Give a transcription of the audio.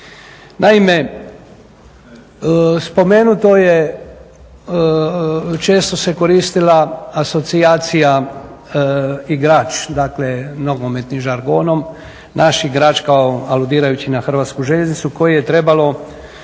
Naime, spomenuto je, često se koristila asocijacija, dakle nogometnim žargonom, naš igrač kao, aludirajući na Hrvatsku željeznicu kojeg je trebalo,